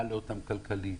מעלה אותן כלכלית,